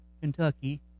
kentucky